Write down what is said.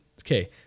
okay